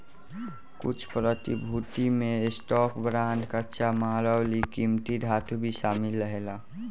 कुछ प्रतिभूति में स्टॉक, बांड, कच्चा माल अउरी किमती धातु भी शामिल रहेला